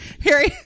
Harry